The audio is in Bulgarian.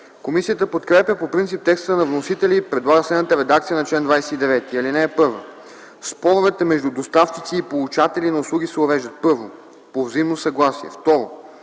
Комисията подкрепя по принцип текста на вносителя и предлага следната редакция на чл. 29: „Чл. 29.(1) Споровете между доставчици и получатели на услуги се уреждат: 1. по взаимно съгласие; 2.